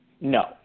No